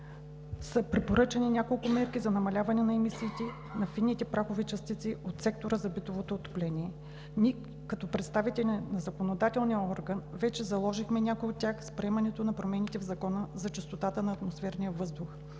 са препоръчани няколко мерки за намаляване на емисиите на фините прахови частици от сектора за битово отопление. Ние като представители на законодателния орган вече заложихме някои от тях с приемането на промените в Закона за чистотата на атмосферния въздух